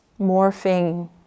morphing